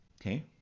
Okay